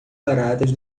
baratas